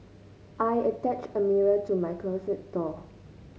I attached a mirror to my closet door